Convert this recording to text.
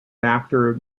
after